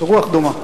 הרוח דומה.